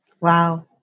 Wow